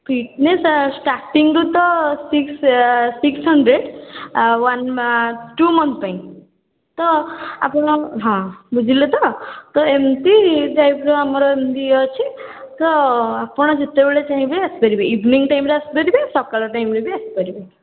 fitness ଷ୍ଟାର୍ଟିଂରୁ ତ six six hundred one two month ପାଇଁ ତ ଆପଣ ହଁ ବୁଝିଲେ ତ ଏମିତି ଟାଇପ୍ର ଆମର ଏମିତି ଅଛି ତ ଆପଣ ଯେତେବେଳେ ଚାହିଁବେ ଆସିପାରିବେ ଇଭିନିଙ୍ଗ ଟାଇମ୍ରେ ଆସିପାରିବେ ସକାଳ ଟାଇମ୍ରେ ବି ଆସିପାରିବେ